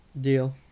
deal